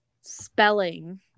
Spelling